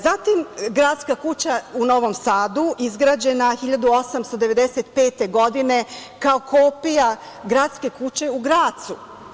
Zatim, Gradska kuća u Novom Sadu, izgrađena 1895. godine kao kopija Gradske kuće u Gracu.